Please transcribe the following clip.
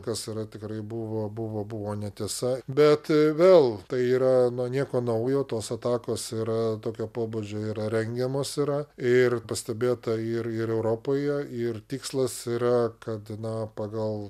kas yra tikrai buvo buvo buvo netiesa bet vėl tai yra nu nieko naujo tos atakos yra tokio pobūdžio yra rengiamos yra ir pastebėta ir ir europoje ir tikslas yra kad na pagal